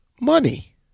money